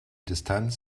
distanz